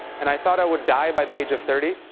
and i thought i would die by the age of thirty.